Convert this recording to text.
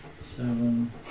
seven